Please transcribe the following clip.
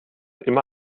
immer